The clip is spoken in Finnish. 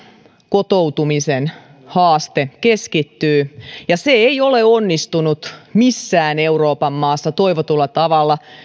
kotoutumisen haaste keskittyy ja se ei ole onnistunut missään euroopan maassa toivotulla tavalla